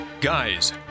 Guys